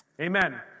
Amen